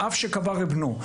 אב שקבר את בנו.